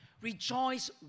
Rejoice